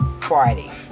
Friday